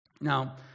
Now